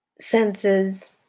senses